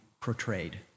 portrayed